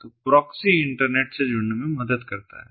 तो proxy internet से जुड़ने में मदद करता है